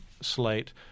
slate